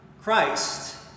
Christ